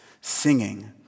Singing